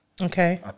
Okay